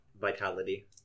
vitality